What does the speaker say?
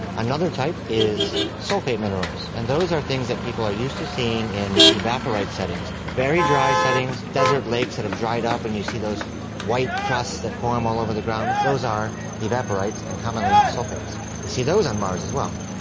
another type is sulphate minerals, and those are things that people are used to seeing in evaporite setting, very dry settings, desert lakes that have dried up and you see those white crusts that form all over the ground, those are evaporites and commonly sulphates. you see those on mars as well.